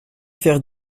faire